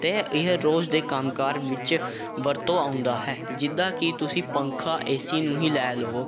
ਅਤੇ ਇਹ ਰੋਜ਼ ਦੇ ਕੰਮਕਾਰ ਵਿੱਚ ਵਰਤੋਂ ਆਉਂਦਾ ਹੈ ਜਿੱਦਾਂ ਕਿ ਤੁਸੀਂ ਪੱਖਾ ਏ ਸੀ ਨੂੰ ਹੀ ਲੈ ਲਵੋ